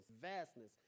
vastness